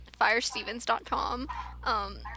firestevens.com